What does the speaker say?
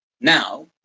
now